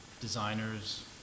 designers